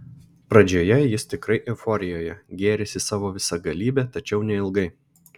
pradžioje jis tikrai euforijoje gėrisi savo visagalybe tačiau neilgai